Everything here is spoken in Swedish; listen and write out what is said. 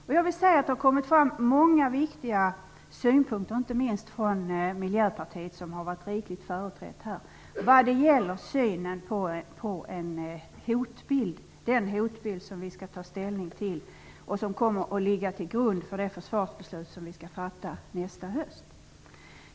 Många viktiga synpunkter har kommit fram, inte minst från miljöpartiet, när det gäller synen på den hotbild som vi skall ta ställning till och som kommer att ligga till grund för det försvarsbeslut som vi skall fatta nästa höst.